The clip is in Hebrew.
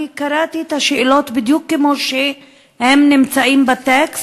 אני קראתי את השאלות בדיוק כמו שהן נמצאות בטקסט.